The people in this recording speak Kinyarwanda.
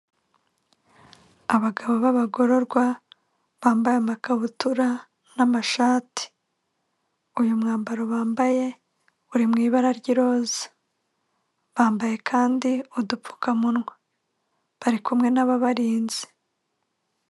Abagabo b'abagororwa bambaye amakabutura n'amashati, uyu mwambaro bambaye uri mu ibara ry'iroza bambaye kandi udupfukamunwa bari kumwe n'ababarinze.